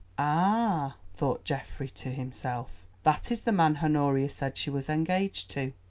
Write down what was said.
ah! thought geoffrey to himself, that is the man honoria said she was engaged to.